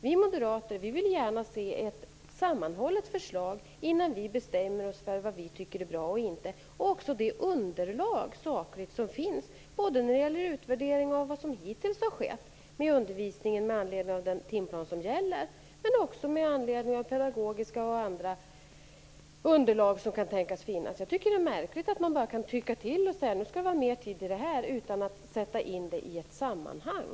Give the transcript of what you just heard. Vi moderater vill gärna se ett sammanhållet förslag innan vi bestämmer oss för vad vi tycker är bra och inte bra. Vi vill också se ett sakligt underlag både när det gäller utvärdering av vad som hittills har skett med undervisningen under den timplan som gäller och med anledning av pedagogiska och andra underlag. Jag tycker att det är märkligt att man kräver mera tid för ett ämne utan att sätta in det i ett sammanhang.